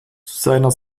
seiner